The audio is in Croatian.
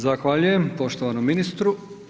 Zahvaljujem poštovanom ministru.